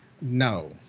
no